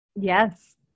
Yes